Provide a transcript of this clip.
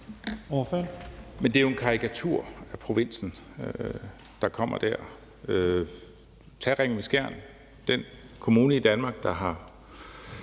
Men det er jo en karikatur af provinsen, der kommer der. Tag Ringkøbing-Skjern. Det er den kommune i Danmark, der har,